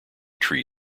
tree